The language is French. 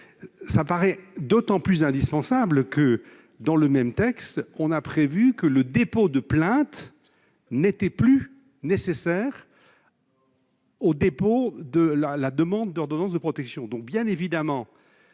Cela paraît d'autant plus indispensable que le même texte prévoit que le dépôt de plainte n'est plus nécessaire au dépôt de la demande d'ordonnance de protection.